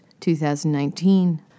2019